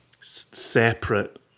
separate